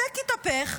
הסטייק התהפך,